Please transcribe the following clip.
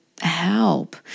help